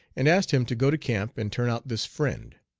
and asked him to go to camp and turn out this friend.